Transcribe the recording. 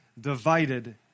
divided